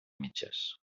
mitges